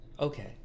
okay